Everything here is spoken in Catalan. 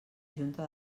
junta